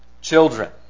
children